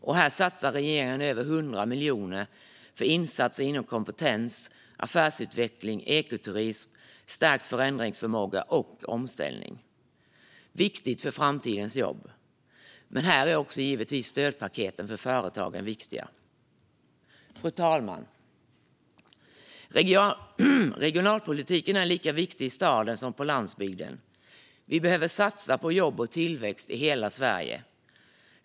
Därför satsar regeringen över 100 miljoner på insatser inom kompetens och affärsutveckling, ekoturism, stärkt förändringsförmåga och omställning. Det är viktigt för framtidens jobb. Här är också stödpaketen till företag viktiga. Fru talman! Regionalpolitiken är lika viktig i staden som på landsbygden. Vi behöver satsa på jobb och tillväxt i hela Sverige.